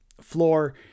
floor